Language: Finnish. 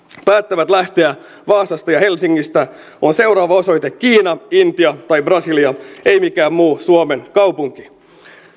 päättävät lähteä vaasasta ja helsingistä on seuraava osoite kiina intia tai brasilia ei mikään muu suomen kaupunki